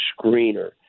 screener